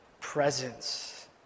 presence